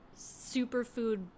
superfood